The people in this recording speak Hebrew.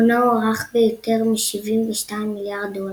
הונו הוערך ביותר מ-72 מיליארד דולר.